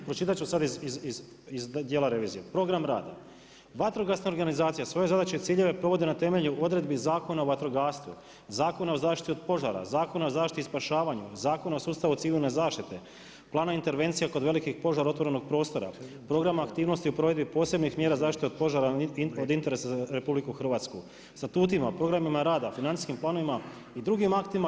Pročitati ću sad iz dijela revizije, program rada, vatrogasna organizacija, svoje zadaće i ciljeve provodi na temelju odredbi Zakona o vatrogastvu, Zakona o zaštiti od požara, Zakona o zaštiti i spašavanju, Zakon o sustavu civilne zaštite, planom intervencije kod velikih požara otvorenog prostora, program aktivnosti u provedbi posebnih mjera zaštite od požara od interesa za RH, statutima, programima rada, financijskim planovima i drugim aktima.